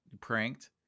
pranked